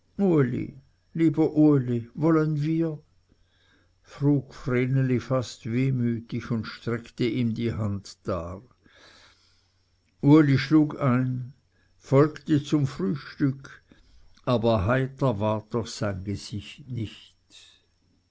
uli wollen wir frug vreneli fast wehmütig und streckte ihm die hand dar uli schlug ein folgte zum frühstück aber heiter ward doch sein gesicht nicht